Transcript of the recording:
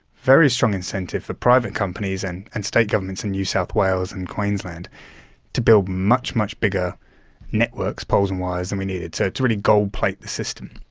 very strong incentive for private companies and and state governments in new south wales and queensland to build much, much bigger networks, poles and wires, than we needed, so to really gold-plate the system.